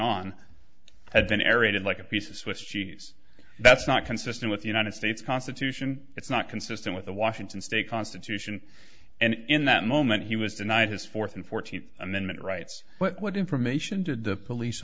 on had been area did like a piece of swiss cheese that's not consistent with the united states constitution it's not consistent with the washington state constitution and in that moment he was denied his fourth and fourteenth amendment rights but what information did the police